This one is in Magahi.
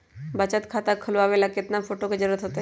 बचत खाता खोलबाबे ला केतना फोटो के जरूरत होतई?